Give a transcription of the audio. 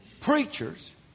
Preachers